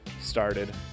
started